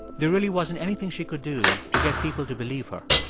there really wasn't anything she could do to get people to believe her.